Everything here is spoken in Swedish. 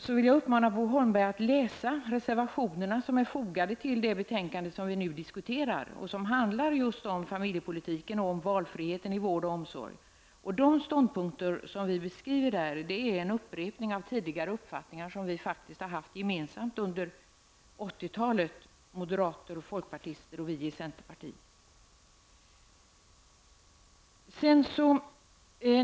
Jag vill uppmana Bo Holmberg att läsa reservationerna som är fogade till det betänkande vi nu diskuterar och som handlar om familjepolitiken och valfriheten i vård och omsorg. De ståndpunkter vi beskriver där är en upprepning av tidigare uppfattningar som vi faktiskt har haft gemensamt under 80-talet -- moderater, folkpartister och vi i centerpartiet.